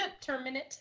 terminate